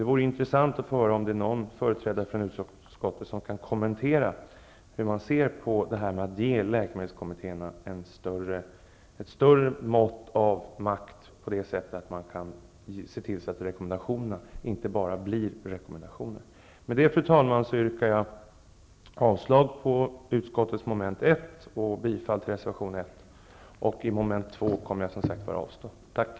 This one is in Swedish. Det vore intressant om någon företrädare för utskottet kan kommentera frågan om att ge läkemedelskommittéerna ett större mått av makt så att rekommendationerna inte bara blir rekommendationer. Fru talman! Jag yrkar avslag på utskottets mom. 1 och bifall till reservation 1. I mom. 2 kommer jag att avstå från att rösta.